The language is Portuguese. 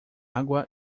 água